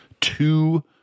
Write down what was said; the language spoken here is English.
two